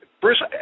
Bruce